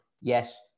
yes